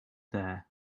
there